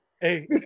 Hey